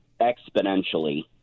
exponentially